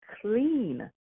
clean